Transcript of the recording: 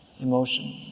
Emotion